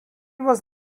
was